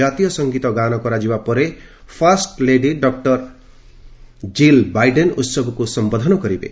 ଜାତୀୟ ସଂଗୀତ ଗାନ କରାଯିବା ପରେ ଫାଷ୍ଟଲେଡି ଡକୁର ଜିଲ୍ ବାଇଡେନ୍ ଉତ୍ସବକୁ ସମ୍ଘୋଧନ କରିବେ